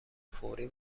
فوری